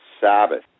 Sabbath